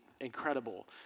incredible